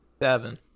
Seven